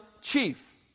chief